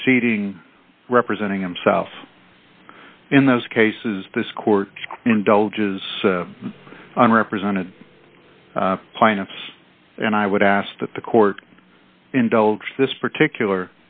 proceeding representing himself in those cases this court indulges on represented plaintiffs and i would ask that the court in this particular